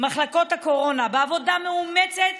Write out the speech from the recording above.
מחלקות הקורונה, בעבודה מאומצת